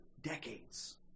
decades